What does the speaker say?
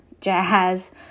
jazz